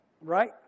right